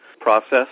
process